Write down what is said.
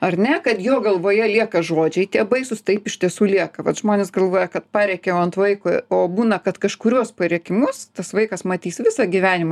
ar ne kad jo galvoje lieka žodžiai tie baisūs taip iš tiesų lieka vat žmonės galvoja kad parėkiau ant vaiko o būna kad kažkurios parėkimus tas vaikas matys visą gyvenimą